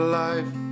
life